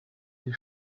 die